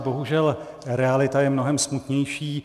Bohužel realita je mnohem smutnější.